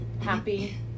happy